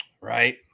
Right